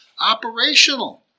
operational